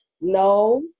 no